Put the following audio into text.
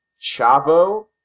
Chavo